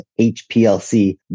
HPLC